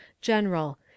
general